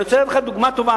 אני רוצה לתת לך דוגמה טובה,